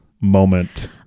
moment